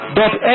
dot